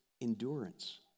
endurance